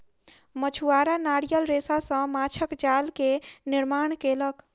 मछुआरा नारियल रेशा सॅ माँछक जाल के निर्माण केलक